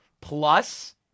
plus